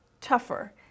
tougher